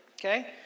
Okay